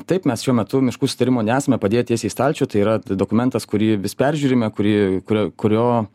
taip mes šiuo metu miškų susitarimo nesame padėję tiesiai į stalčių tai yra dokumentas kurį vis peržiūrime kurį kurį kurio